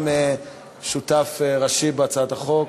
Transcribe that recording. גם הוא שותף ראשי בהצעת החוק,